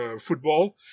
football